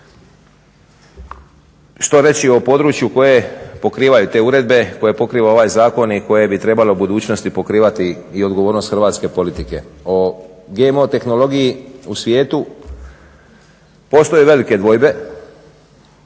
Što reći o području koje pokrivaju te uredbe, koje pokriva ovaj zakon i koje bi trebale u budućnosti i pokrivati i odgovornost Hrvatske politike. O GMO tehnologiji u svijetu postoje velike dvojbe.